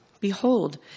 Behold